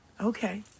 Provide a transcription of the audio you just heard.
Okay